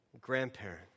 grandparent